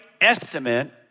estimate